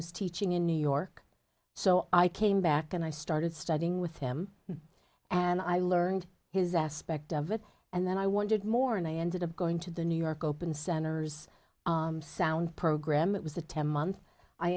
was teaching in new york so i came back and i started studying with him and i learned his aspect of it and then i wanted more and i ended up going to the new york open center's sound program it was a ten month i